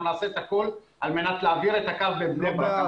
נעשה את הכול על מנת להעביר את הקו בבני ברק.